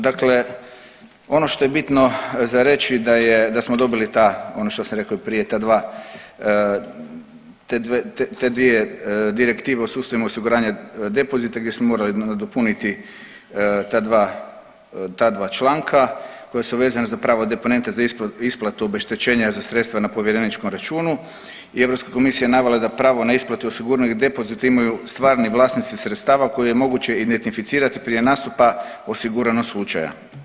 Dakle, ono što je bitno za reći da smo dobili ono što sam rekao i prije te dvije direktive o sustavima osiguranja depozita gdje smo morali nadopuniti ta dva članka koja su vezana za pravo deponenta za isplatu obeštećenja za sredstva na povjereničkom računu i Europska komisija je navela da pravo na isplatu osiguranog depozita imaju stvarni vlasnici sredstava koje je moguće identificirati prije nastupa osiguranog slučaja.